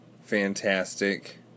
fantastic